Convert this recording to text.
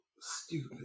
stupid